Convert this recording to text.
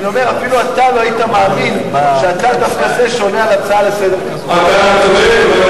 אפילו אתה לא היית מאמין שאתה דווקא זה שעונה על הצעה כזאת לסדר-היום.